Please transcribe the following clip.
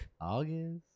August